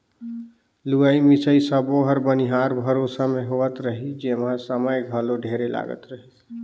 लुवई मिंसई सब्बो हर बनिहार भरोसा मे होवत रिहिस जेम्हा समय घलो ढेरे लागत रहीस